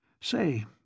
Say